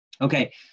Okay